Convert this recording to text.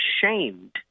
shamed